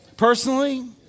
personally